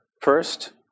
First